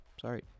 Sorry